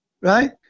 right